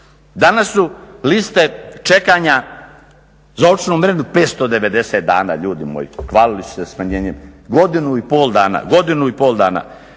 Danas su liste čekanja za očnu mrenu 590 dana ljudi moji, hvalili su se smanjenjem, godinu i pol dana, za